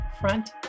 Front